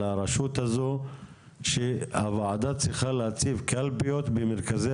הרשות הזו שהוועדה צריכה להציב קלפיות במרכזי